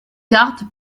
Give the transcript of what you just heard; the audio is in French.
carte